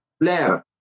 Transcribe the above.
Blair